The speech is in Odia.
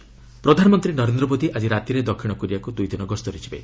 ପିଏମ୍ କୋରିଆ ପ୍ରଧାନମନ୍ତ୍ରୀ ନରେନ୍ଦ୍ର ମୋଦି ଆଜି ରାତିରେ ଦକ୍ଷିଣ କୋରିଆକୁ ଦୁଇ ଦିନ ଗସ୍ତରେ ଯିବେ